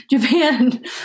japan